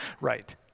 right